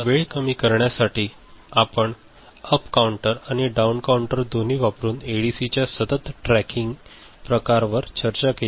आणि वेळ कमी करण्यासाठी आपण अप काउंटर आणि डाऊन काउंटर दोन्ही वापरुन एडीसीच्या सतत ट्रॅकिंग प्रकारावर चर्चा केली